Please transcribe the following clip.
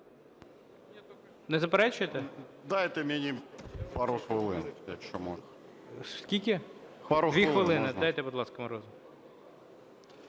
Дякую,